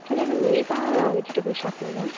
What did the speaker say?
hello இது mega vegetable ஷாப்புங்களா